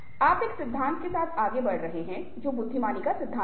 आप एक सिद्धांत के साथ आगे बढ़ रहे है जो बुद्धिमानी का सिद्धांत कहें